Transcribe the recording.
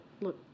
look